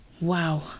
Wow